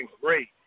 great